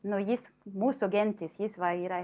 nu jis mūsų gentis jis va yra